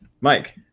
Mike